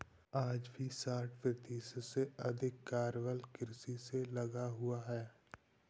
आज भी साठ प्रतिशत से अधिक कार्यबल कृषि में लगा हुआ है